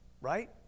right